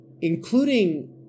including